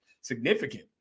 significant